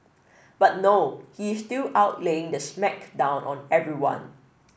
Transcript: but no he is still out laying the smack down on everyone